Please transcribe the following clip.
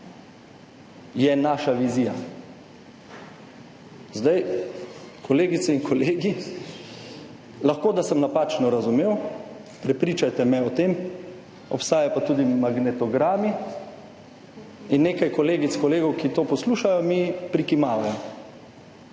je naša vizija. Zdaj, kolegice in kolegi, lahko, da sem napačno razumel, prepričajte me o tem, obstajajo pa tudi magnetogrami in nekaj kolegic, kolegov, ki to poslušajo, mi prikimavajo.